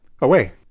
Away